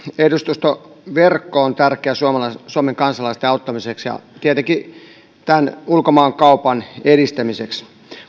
edustustoverkko on tärkeä suomen kansalaisten auttamiseksi ja tietenkin ulkomaankaupan edistämiseksi